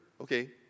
okay